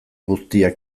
guztiak